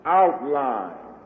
outline